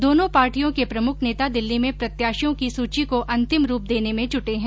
दोनों पार्टियों के प्रमुख नेता दिल्ली में प्रत्याशियों की सूची को अंतिम रूप देने में जुटे हैं